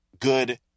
good